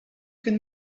can